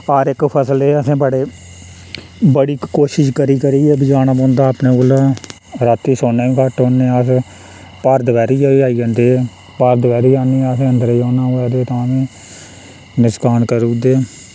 हर इक फसल एह् असें बड़ी कोशिश करी करियै बचानी पौंदा अपने गल्लै राती सोन्ने बी घट्ट होन्ने अस भर दपैह्री बी आई जंदे एह् भर दपैह्री असें अंदरै औना होऐ ते तां बी नकसान करुदे